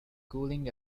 cooling